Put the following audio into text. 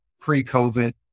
pre-COVID